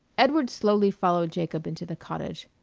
edward slowly followed jacob into the cottage.